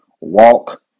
walk